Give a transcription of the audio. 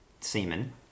semen